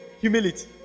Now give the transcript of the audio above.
humility